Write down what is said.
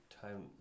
time